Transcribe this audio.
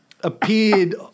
appeared